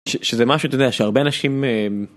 שזה משהו שאתה יודע שהרבה אנשים.